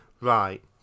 Right